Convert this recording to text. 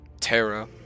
Terra